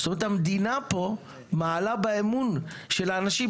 המדינה פה מעלה באמון של האנשים,